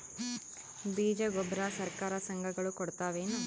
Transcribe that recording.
ಬೀಜ ಗೊಬ್ಬರ ಸರಕಾರ, ಸಂಘ ಗಳು ಕೊಡುತಾವೇನು?